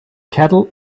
cattle